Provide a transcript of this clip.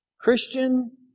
Christian